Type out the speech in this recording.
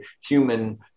human